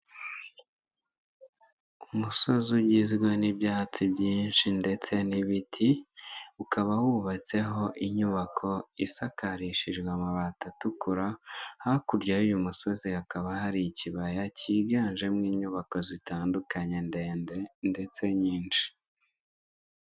Umusozi ugizwe n'ibyatsi byinshi ndetse n'ibiti, ukaba wubatseho inyubako isakarishijejwe amabati atukura, hakurya y'uyu musozi hakaba hari ikibaya kiganjemo inyubako zitandukanye ndende ndetse nyinshi.